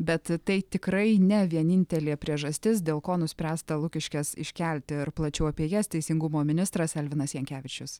bet tai tikrai ne vienintelė priežastis dėl ko nuspręsta lukiškes iškelti ir plačiau apie jas teisingumo ministras elvinas jankevičius